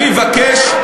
אני מבקש,